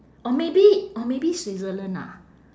or maybe or maybe switzerland ah